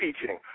teaching